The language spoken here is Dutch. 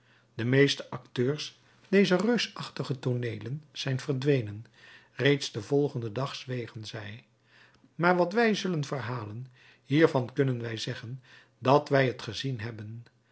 de meeste acteurs dezer reusachtige tooneelen zijn verdwenen reeds den volgenden dag zwegen zij maar wat wij zullen verhalen hiervan kunnen wij zeggen dat wij het gezien hebben